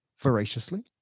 voraciously